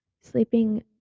sleeping